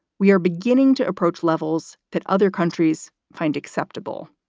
we are beginning to approach levels that other countries find acceptable.